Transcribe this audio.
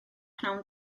pnawn